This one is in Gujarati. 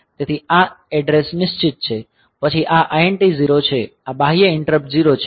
તેથી આ એડ્રેસ નિશ્ચિત છે પછી આ INT0 છે આ બાહ્ય ઈંટરપ્ટ 0 છે